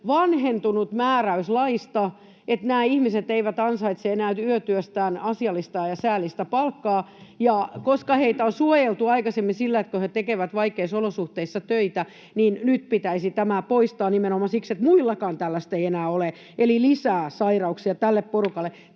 vanhentunut määräys laista ja nämä ihmiset eivät ansaitse enää yötyöstään asiallista ja säällistä palkkaa. Ja koska heitä on suojeltu aikaisemmin siksi, kun he tekevät vaikeissa olosuhteissa töitä, niin nyt pitäisi tämä poistaa nimenomaan siksi, että muillakaan tällaista ei enää ole — eli lisää sairauksia tälle porukalle.